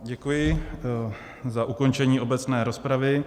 Děkuji za ukončení obecné rozpravy.